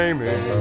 Amy